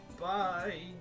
bye